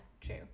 true